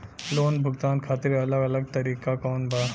Loan भुगतान खातिर अलग अलग तरीका कौन बा?